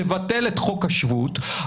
תבטל את חוק השבות,